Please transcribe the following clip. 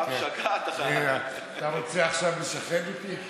לא, הייתה משגעת, אתה רוצה עכשיו לשחד אותי?